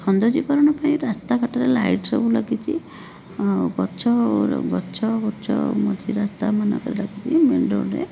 ସୌନ୍ଦର୍ଯ୍ୟକରଣ ପାଇଁ ରାସ୍ତାଘାଟରେ ଲାଇଟ୍ ସବୁ ଲାଗିଛି ପଛ ଗଛ ଗୁଚ୍ଛ ମଝି ରାସ୍ତାମାନଙ୍କରେ ଲାଗିଛି